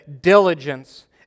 diligence